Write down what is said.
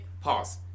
pause